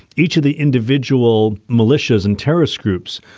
each of the individual militias and terrorist groups,